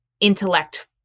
intellect